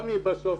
גם אם בסוף